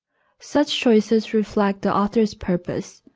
such choices reflect the author's purpose,